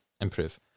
improve